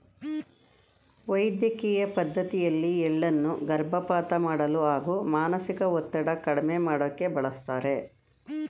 ವೈದ್ಯಕಿಯ ಪದ್ಡತಿಯಲ್ಲಿ ಎಳ್ಳನ್ನು ಗರ್ಭಪಾತ ಮಾಡಲು ಹಾಗೂ ಮಾನಸಿಕ ಒತ್ತಡ ಕಡ್ಮೆ ಮಾಡೋಕೆ ಬಳಸ್ತಾರೆ